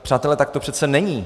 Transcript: Přátelé, tak to přece není.